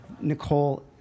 Nicole